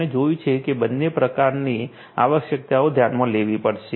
આપણે જોયું છે કે બંને પ્રકારની આવશ્યકતાઓ ધ્યાનમાં લેવી પડશે